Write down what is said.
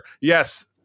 Yes